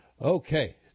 Okay